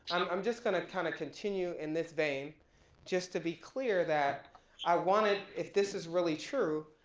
i'm just gonna kind of continue in this vein just to be clear that i wanted, if this is really true,